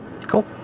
cool